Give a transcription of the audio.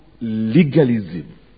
legalism